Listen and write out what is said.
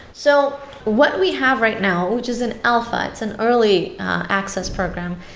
so what we have right now, which is an alpha, it's an early access program,